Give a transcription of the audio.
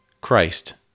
Christ